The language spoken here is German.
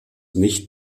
nicht